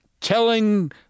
telling